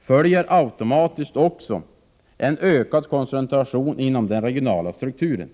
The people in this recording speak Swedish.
följer också automatiskt en ökad koncentration inom den regionala strukturen.